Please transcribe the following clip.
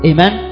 Amen